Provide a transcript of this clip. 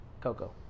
Coco